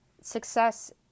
success